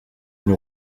une